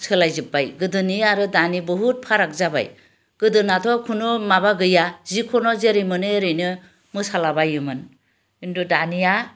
सोलायजोब्बाय गोदोनि आरो दानि बुहुद फाराग जाबाय गोदोनाथ' कुनु माबा गैया जिखुनु जेरै मोनो एरैनो मोसालाबायोमोन खिन्थु दानिया